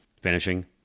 finishing